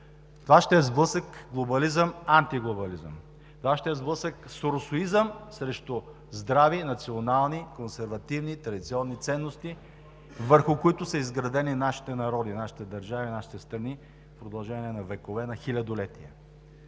Това ще е сблъсък глобализъм – антиглобализъм, това ще е сблъсък соросоизъм срещу здрави национални, консервативни, традиционни ценности, върху които са изградени нашите народи, нашите държави, нашите страни в продължение на векове, на хилядолетия.